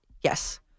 yes